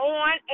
on